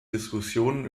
diskussionen